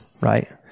right